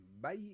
Bye